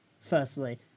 firstly